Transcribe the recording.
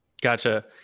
gotcha